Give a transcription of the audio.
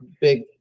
big